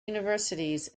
universities